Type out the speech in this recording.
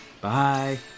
Bye